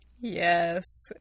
Yes